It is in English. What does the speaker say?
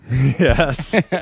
Yes